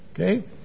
Okay